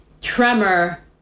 tremor